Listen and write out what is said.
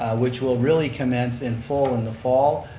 which will really commence in full in the fall.